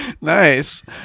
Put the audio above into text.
Nice